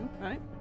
right